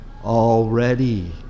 already